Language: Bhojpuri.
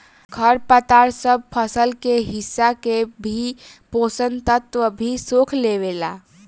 खर पतवार सब फसल के हिस्सा के भी पोषक तत्व भी सोख लेवेला